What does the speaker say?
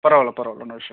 பரவாயில்ல பரவாயில்ல no issue